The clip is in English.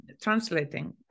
translating